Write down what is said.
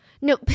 No